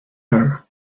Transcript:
her